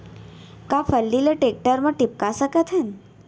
का फल्ली ल टेकटर म टिपका सकथन?